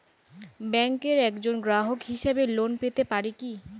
ব্যাংকের একজন গ্রাহক হিসাবে লোন পেতে পারি কি?